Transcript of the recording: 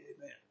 Amen